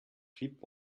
klipp